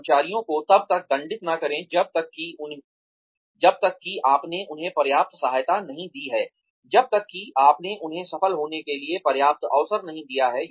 कर्मचारियों को तब तक दंडित न करें जब तक कि आपने उन्हें पर्याप्त सहायता नहीं दी है जब तक कि आपने उन्हें सफल होने के लिए पर्याप्त अवसर नहीं दिया है